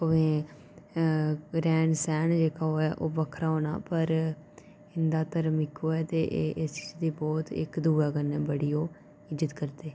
भामें रैह्न सैह्न बक्खरा जेह्का होऐ होना पर इंदा धर्म इक्को ऐ ते एह् इस चीज़ै दी बहुत इक्क दूए कन्नै इज्ज़त करदे